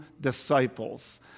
disciples